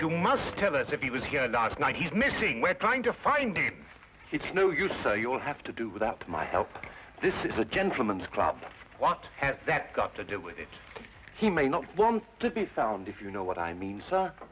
you must tell us if he was here last night he's missing we're trying to find him it's no use so you'll have to do without my help this is a gentleman's club what has that got to do with it he may not want to be found if you know what i mean